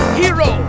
hero